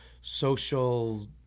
social